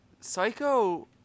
Psycho